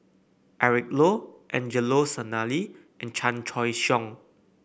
Eric Low Angelo Sanelli and Chan Choy Siong